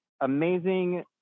amazing